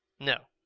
no,